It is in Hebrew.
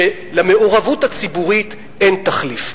שלמעורבות הציבורית אין תחליף.